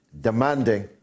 demanding